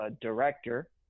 director